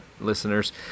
listeners